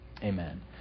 Amen